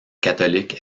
catholique